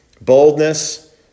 Boldness